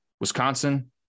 Wisconsin